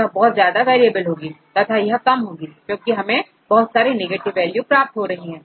यह बहुत ज्यादा वेरिएबल होगी तथा यह कम होगी क्योंकि हमें बहुत सारी नेगेटिव वैल्यू प्राप्त हो रही हैं